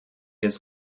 his